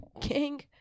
King